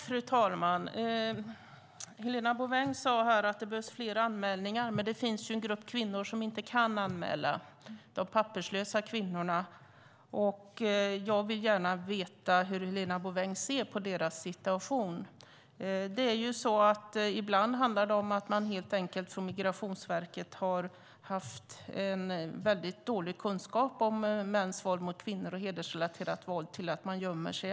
Fru talman! Helena Bouveng sade här att det behövs fler anmälningar, men det finns ju en grupp kvinnor som inte kan anmäla, de papperslösa kvinnorna. Jag vill gärna veta hur Helena Bouveng ser på deras situation. Ibland handlar det om att Migrationsverket helt enkelt har haft väldigt dålig kunskap om mäns våld mot kvinnor och hedersrelaterat våld till att kvinnor gömmer sig.